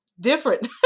different